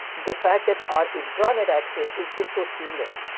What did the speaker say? the fact that our intranet access is just so seamless,